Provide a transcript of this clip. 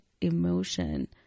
emotion